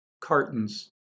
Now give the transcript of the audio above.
cartons